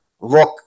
look